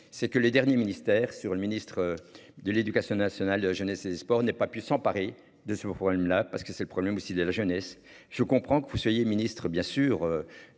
c'est que le dernier ministère sur le ministre de l'Éducation nationale de Jeunesse et sport n'ait pas pu s'emparer de ce problème-là parce que c'est le problème aussi de la jeunesse. Je comprends que vous soyez Ministre bien sûr